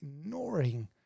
ignoring